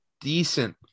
decent